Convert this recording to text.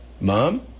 Mom